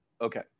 Okay